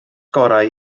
gorau